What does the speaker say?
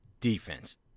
Defense